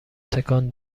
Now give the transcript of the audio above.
تکان